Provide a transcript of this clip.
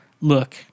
look